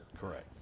Correct